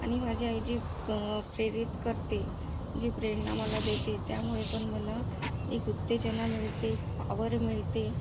आणि माझी आई जे प्रेरित करते जी प्रेरणा मला देते त्यामुळे पण मला एक उत्तेजना मिळते पावर मिळते